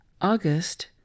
August